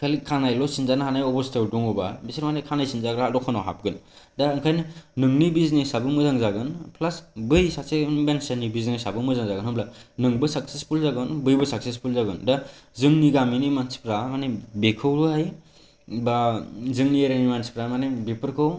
खालि खानायल' सिनजानाय अबस्तायाव दङ'बा बिसोर माने खानाय सिनजाग्रा दखानाव हाबगोन दा ओंखायनो नोंनि बिजनेसआबो मोजां जागोन प्लास बै सासे मानसिनि बिजनेसाबो मोजां जागोन होमब्ला नोंबो साकसेसफुल जागोन बैबो साकसेसफुल जागोन दा जोंनि गामानि मानसिफ्रा माने बेखौहाय बा जोंनि एरियानि मानसिफ्रा माने बेफोरखौ